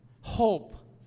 hope